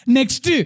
Next